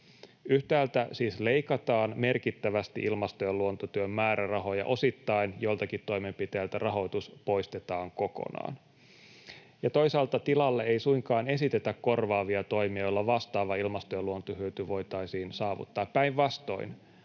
Yhtäältä siis leikataan merkittävästi ilmasto- ja luontotyön määrärahoja, osittain joiltakin toimenpiteiltä rahoitus poistetaan kokonaan, ja toisaalta tilalle ei suinkaan esitetä korvaavia toimia, joilla vastaava ilmasto- ja luontohyöty voitaisiin saavuttaa — päinvastoin.